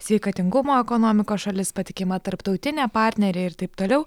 sveikatingumo ekonomikos šalis patikima tarptautinė partnerė ir taip toliau